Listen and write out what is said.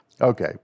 Okay